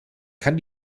kann